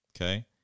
Okay